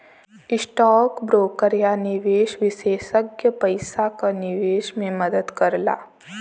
stock broker या निवेश विषेसज्ञ पइसा क निवेश में मदद करला